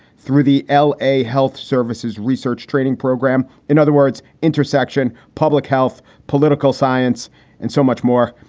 through the l a. health services research training program. in other words, intersection, public health, political science and so much more.